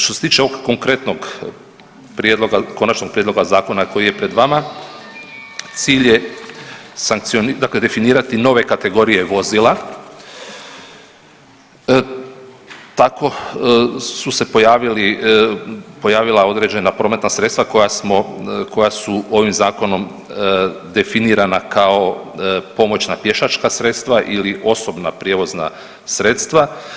Što se tiče ovog konkretnog konačnog prijedloga zakona koji je pred vama cilj je definirati nove kategorije vozila tako su se pojavila određena prometna sredstva koja su ovim zakonom definirana kao pomoćna pješačka sredstva ili osobna prijevozna sredstva.